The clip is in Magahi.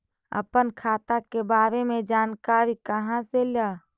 अपन खाता के बारे मे जानकारी कहा से ल?